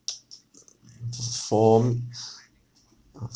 for m~ uh